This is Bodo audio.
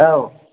औ